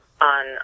on